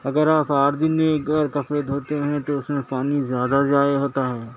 اگر آپ آٹھ دن میں کپڑے دھوتے ہیں تو اس میں پانی زیادہ ضائع ہوتا ہے